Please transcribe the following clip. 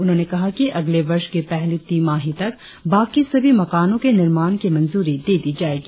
उन्होंने कहा कि अगले वर्ष की पहली तिमाही तक बाकी सभी मकानों के निर्माण की मंजूरी दे दी जाएगी